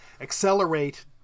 accelerate